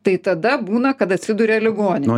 tai tada būna kad atsiduria ligoninėj